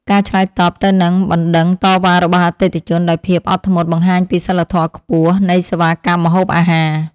ការឆ្លើយតបទៅនឹងបណ្តឹងតវ៉ារបស់អតិថិជនដោយភាពអត់ធ្មត់បង្ហាញពីសីលធម៌ខ្ពស់នៃសេវាកម្មម្ហូបអាហារ។